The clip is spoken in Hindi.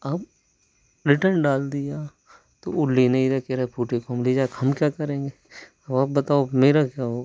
अब रिटन डाल दिया तो उ ले नहीं रहे हैं कह रहे फूटे को हम ले जाकर हम क्या करेंगे आप बताओ मेरा क्या होगा